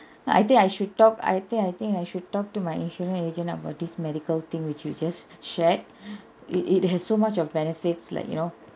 I think I should talk I think I think I should talk to my insurance agent about this medical thing which you just shared it it has so much of benefits like you know